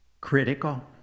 critical